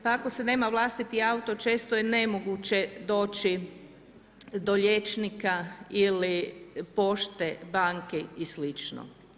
Pa ako se nema vlastiti auto često je nemoguće doći do liječnika ili pošte, banke i slično.